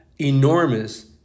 enormous